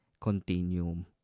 continuum